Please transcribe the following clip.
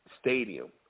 stadium